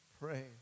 pray